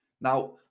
Now